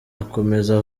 akomeza